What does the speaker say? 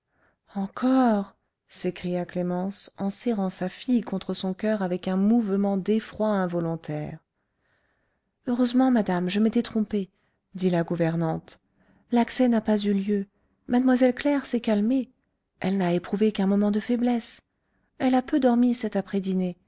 encore s'écria clémence en serrant sa fille contre son coeur avec un mouvement d'effroi involontaire heureusement madame je m'étais trompée dit la gouvernante l'accès n'a pas eu lieu mlle claire s'est calmée elle n'a éprouvé qu'un moment de faiblesse elle a peu dormi cette